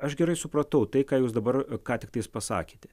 aš gerai supratau tai ką jūs dabar ką tik pasakėte